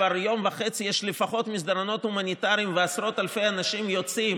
כבר יום וחצי יש לפחות מסדרונות הומניטריים ועשרות אלפי אנשים יוצאים,